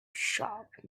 sharp